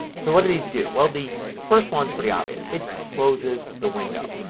so, what do these do? well, the first one is pretty obvious. it closes the window.